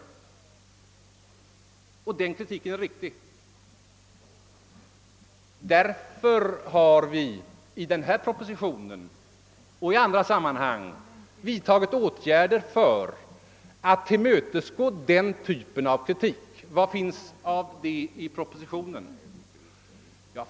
Detta är alldeles riktigt, och därför har vi i propositionen och i andra sammanhang vidtagit åtgärder för att tillmötesgå den kritiken. Och vad finns det för tillmötesgående därvidlag i propositionen?